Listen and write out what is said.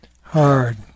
hard